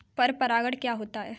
पर परागण क्या होता है?